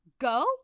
Go